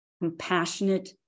compassionate